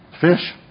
Fish